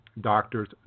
Doctors